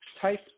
type